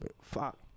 fuck